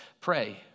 pray